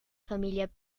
familia